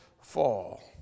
fall